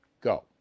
Go